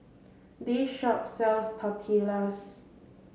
this shop sells Tortillas